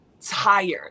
tired